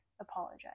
apologize